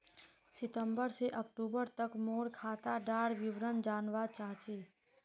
सितंबर से अक्टूबर तक मोर खाता डार विवरण जानवा चाहची?